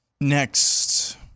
Next